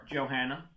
Johanna